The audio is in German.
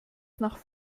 nach